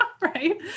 right